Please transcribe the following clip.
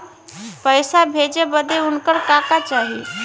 पैसा भेजे बदे उनकर का का चाही?